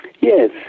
Yes